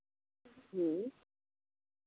ᱦᱮᱸ